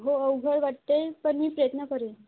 हो अवघड वाटते पण मी प्रयत्न करेन